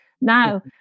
Now